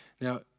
now